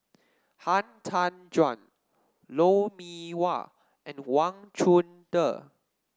Han Tan Juan Lou Mee Wah and Wang Chunde